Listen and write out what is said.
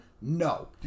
No